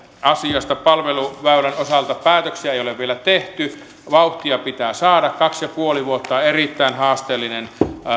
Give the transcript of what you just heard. asiasta palveluväylän osalta päätöksiä ei ole vielä tehty vauhtia pitää saada kaksi pilkku viisi vuotta on erittäin haasteellinen